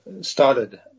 started